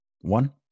One